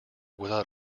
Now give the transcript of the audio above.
without